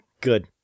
good